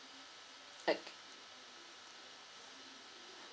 okay